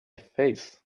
face